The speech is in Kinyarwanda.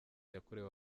yakorewe